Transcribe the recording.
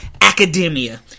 Academia